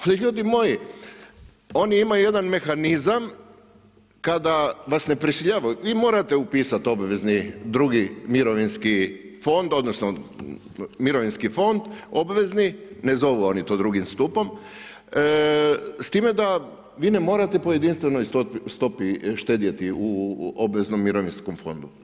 Ali ljudi moji, oni imaju jedan mehanizam kada vas na prisiljavaju vi morate upisati obvezni drugi mirovinski fond odnosno mirovinski fond obvezni, ne zovu oni to drugim stupom, s time da vi ne morate po jedinstvenoj stopi štedjeti u obveznom mirovinskom fondu.